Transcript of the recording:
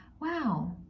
wow